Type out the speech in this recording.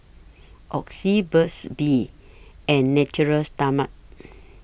Oxy Burt's Bee and Natura Stoma